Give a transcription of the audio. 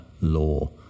law